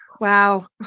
Wow